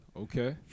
Okay